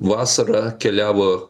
vasarą keliavo